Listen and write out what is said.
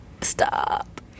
Stop